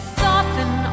soften